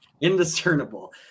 indiscernible